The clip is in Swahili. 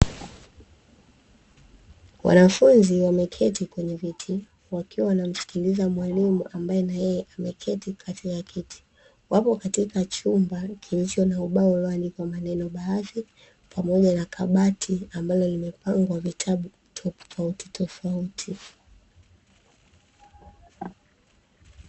Wanafunzi wameketi kwenye viti wakiwa wanasikiliza mwalimu ambaye na yeye ameketi katika kiti. Wapo katika chumba kilicho na ubao ulioandikwa maneno baadhi, pamoja na kabati ambalo limepangwa vitabu tofautitofauti.